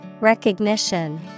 Recognition